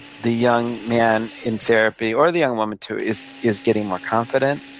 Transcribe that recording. the young man in therapy, or the young woman too, is is getting more confident.